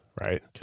right